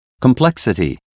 complexity